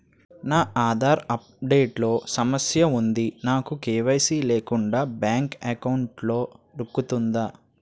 నా Aadhaar update లో సమస్య వుంది నాకు కే.వై.సీ లేకుండా బ్యాంక్ ఎకౌంట్దొ రుకుతుందా?